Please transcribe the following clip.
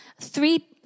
three